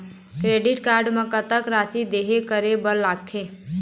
Credit card म कतक राशि देहे करे बर लगथे?